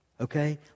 Okay